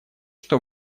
что